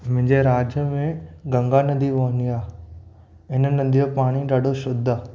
मुंहिंजे राज्य में गंगा नदी वहंदी आहे हिन नदीअ जो पाणी ॾाढो शुद्ध आहे